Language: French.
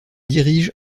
dirige